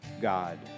God